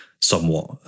somewhat